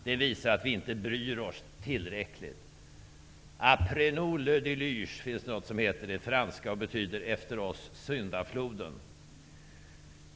Det visar att vi inte bryr oss tillräckligt. Après nous le déluge, finns det något som heter. Det är franska och betyder ''Efter oss syndafloden''.